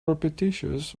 repetitious